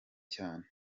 cyane